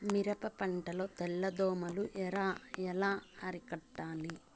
మిరప పంట లో తెల్ల దోమలు ఎలా అరికట్టాలి?